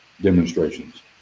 demonstrations